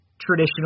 traditional